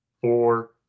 four